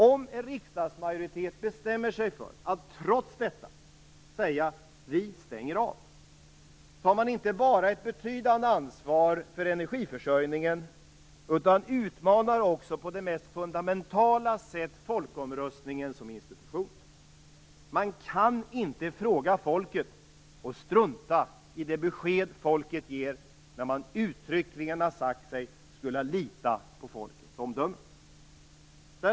Om en riskdagsmajoritet bestämmer sig för att trots detta säga att vi skall stänga av tar man inte bara ett betydande ansvar för energiförsörjningen utan man utmanar också på det mest fundamentala sätt folkomröstningen som institution. Man kan inte fråga folket och sedan strunta i det besked som folket ger när det uttryckligen har sagts att man skulle lita på folkets omdöme.